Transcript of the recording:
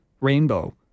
rainbow